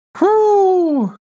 Whoo